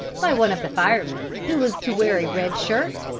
by one of the firemen who was to wear a red shirt,